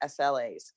SLAs